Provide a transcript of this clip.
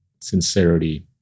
sincerity